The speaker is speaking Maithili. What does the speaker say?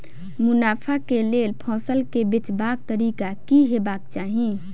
मुनाफा केँ लेल फसल केँ बेचबाक तरीका की हेबाक चाहि?